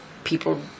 people